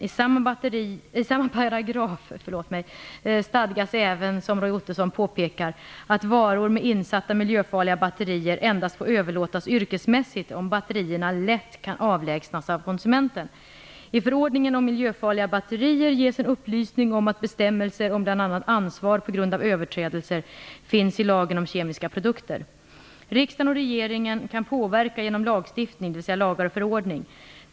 I samma paragraf stadgas även, som Roy Ottosson påpekar, att varor med insatta miljöfarliga batterier endast får överlåtas yrkesmässigt om batterierna lätt kan avlägsnas av konsumenten. I förordningen om miljöfarliga batterier ges en upplysning om att bestämmelser om bl.a. ansvar på grund av överträdelser finns i lagen om kemiska produkter . Riksdagen och regeringen kan påverka genom lagstiftning, dvs. lagar och förordningar.